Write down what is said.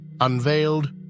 Unveiled